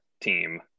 team